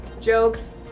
Jokes